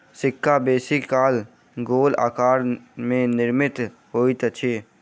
सिक्का बेसी काल गोल आकार में निर्मित होइत अछि